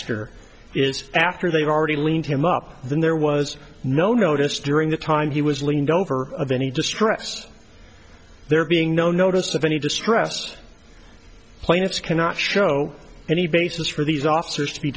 x is after they've already linked him up then there was no notice during the time he was leaned over of any distress there being no notice of any distress plaintiffs cannot show any basis for these officers to be